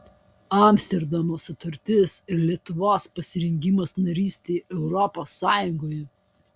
amsterdamo sutartis ir lietuvos pasirengimas narystei europos sąjungoje